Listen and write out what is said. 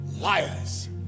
liars